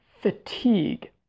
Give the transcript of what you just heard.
fatigue